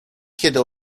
kiedy